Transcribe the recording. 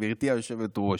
גברתי היושבת-ראש,